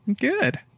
Good